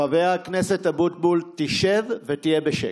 חבר הכנסת אבוטבול, תשב ותהיה בשקט.